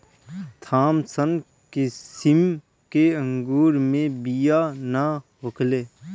Thompson किसिम के अंगूर मे बिया ना होखेला